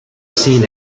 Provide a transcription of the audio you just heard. seen